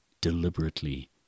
deliberately